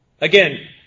Again